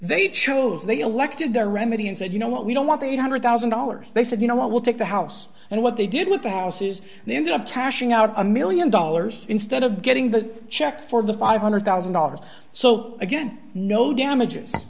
they chose they elected their remedy and said you know what we don't want eight hundred thousand dollars they said you know what we'll take the house and what they did with the houses they ended up cashing out a one million dollars instead of getting the check for the five hundred thousand dollars so again no damages